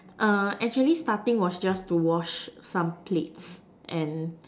uh actually starting was just to wash some plates and